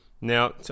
Now